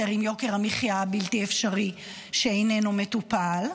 עם יוקר המחיה הבלתי-אפשרי שאיננו מטופל.